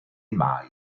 mike